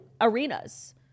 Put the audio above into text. arenas